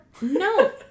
No